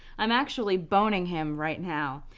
i'm actually boning him right now.